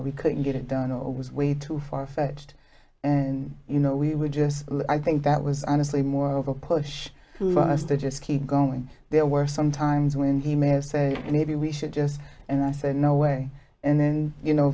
or we couldn't get it done or was way too far fetched and you know we were just i think that was honestly more of a push us to just keep going there were some times when he may have said and he we should just and i said no way and then you know